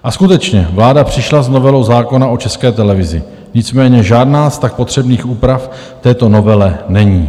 A skutečně, vláda přišla s novelou zákona o České televizi, nicméně žádná z tak potřebných úprav v této novele není.